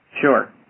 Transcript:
Sure